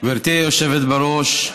גברתי היושבת בראש,